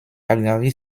calgary